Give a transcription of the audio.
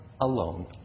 alone